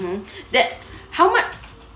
mm that how much